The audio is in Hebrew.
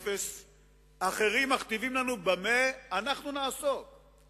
הרי בכל ספרה יש מספר